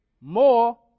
more